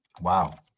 Wow